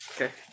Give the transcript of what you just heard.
Okay